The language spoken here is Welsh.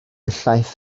llaeth